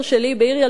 בעיר ילדותי,